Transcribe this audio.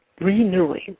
renewing